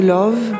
love